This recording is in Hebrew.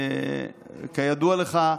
כידוע לך,